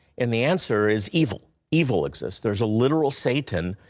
and the answer is evil. evil exists. there is a literal satan,